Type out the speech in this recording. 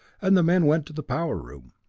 and the men went to the power room.